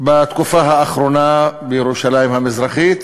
בתקופה האחרונה בירושלים המזרחית,